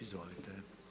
Izvolite.